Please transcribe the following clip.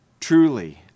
Truly